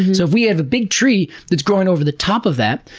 so if we have a big tree that's growing over the top of that,